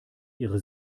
ihre